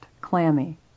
clammy